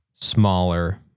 smaller